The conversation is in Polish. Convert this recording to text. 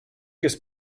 jest